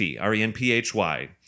R-E-N-P-H-Y